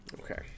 Okay